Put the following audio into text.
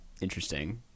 interesting